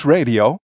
Radio